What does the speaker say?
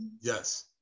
Yes